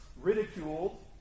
ridiculed